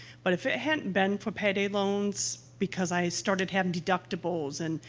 but if it hadn't been for payday loans because i started having deductibles and,